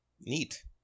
neat